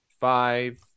five